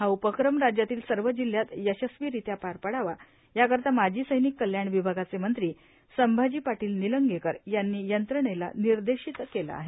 हा उपक्रम राज्यातील सर्व जिल्ह्यात यशस्वीरित्या पार पाडावा याकरिता माजी सैनिक कल्याण विभागाचे मंत्री संभाजी पाटील निलंगेकर यांनी यंत्रणेला निर्देशित केलं आहे